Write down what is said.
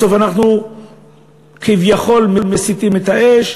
בסוף אנחנו כביכול מסיטים את האש,